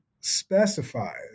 specifies